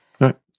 Right